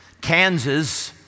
Kansas